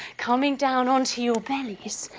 coming down on to your bellies